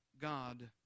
God